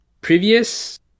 previous